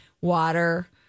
water